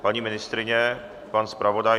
Paní ministryně, pan zpravodaj?